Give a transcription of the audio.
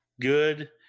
good